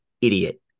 idiot